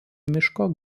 miško